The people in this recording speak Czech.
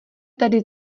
tady